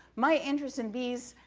my interest in bees,